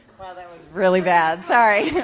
well that was really bad, sorry!